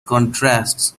contrasts